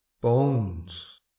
bones